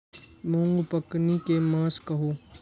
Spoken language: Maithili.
मूँग पकनी के मास कहू?